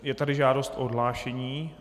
Je tady žádost o odhlášení.